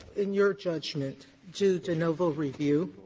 in your judgment, do de novo review?